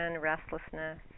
restlessness